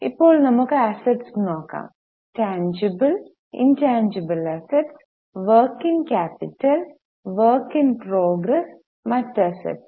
ഇപ്പോൾ നമുക്ക് അസ്സെറ്റ്സ് നോക്കാം tangible intangible assets working capital work in progress മറ്റു അസ്സെറ്റ്സ്